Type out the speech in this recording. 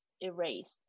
Erased